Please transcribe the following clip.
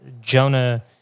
Jonah